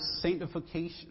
sanctification